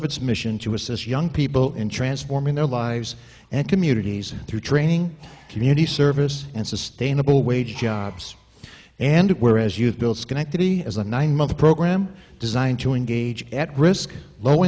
of its mission to assist young people in transforming their lives and communities through training community service and sustainable wage jobs and whereas youth build schenectady as a nine month program designed to engage at risk low